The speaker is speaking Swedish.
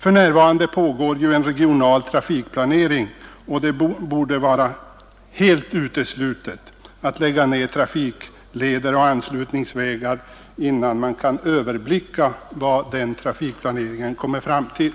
För närvarande pågår en regional trafikplanering, och det borde vara helt uteslutet att lägga ner trafikleder och anslutningsvägar, innan man kan överblicka vad den trafikplaneringen kommer fram till.